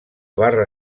barra